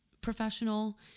professional